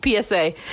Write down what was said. psa